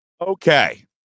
Okay